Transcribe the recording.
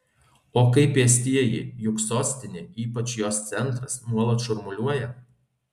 o kaip pėstieji juk sostinė ypač jos centras nuolat šurmuliuoja